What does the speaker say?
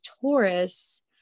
Taurus